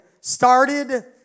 started